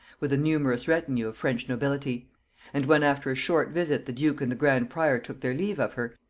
with a numerous retinue of french nobility and when after a short visit the duke and the grand prior took their leave of her,